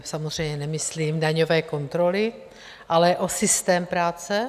Samozřejmě nemyslím daňové kontroly, ale o systém práce?